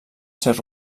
ser